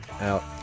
out